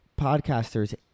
podcasters